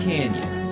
Canyon